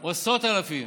הוא עשרות אלפים,